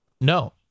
No